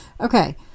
Okay